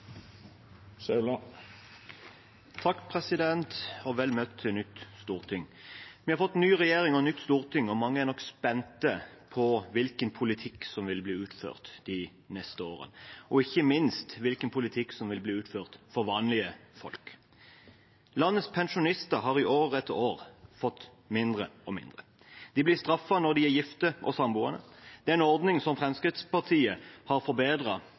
Vel møtt til nytt storting. Vi har fått ny regjering og nytt storting, og mange er nok spent på hvilken politikk som vil bli ført de neste årene, og ikke minst på hvilken politikk som vil bli ført for vanlige folk. Landets pensjonister har i år etter år fått mindre og mindre. De blir straffet når de er gift og samboende. Det er en ordning som Fremskrittspartiet har